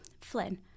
Flynn